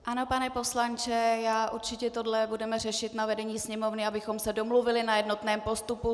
Ano, pane poslanče, určitě tohle budeme řešit na vedení Sněmovny, abychom se domluvili na jednotném postupu.